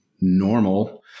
normal